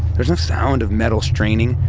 there's no sound of metal straining.